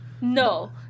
No